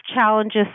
challenges